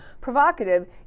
provocative